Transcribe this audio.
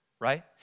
Right